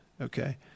Okay